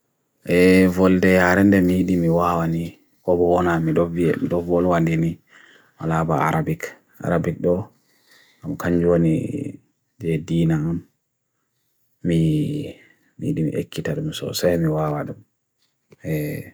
e volde yarende mi di mi wawani, oboona mi do bhi e mi do boon wawani ni alaba arabik, arabik do kanywani de dinam, mi di mi ekita dumis ose ni wawadum.